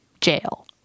jail